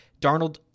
Darnold